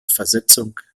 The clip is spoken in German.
versetzung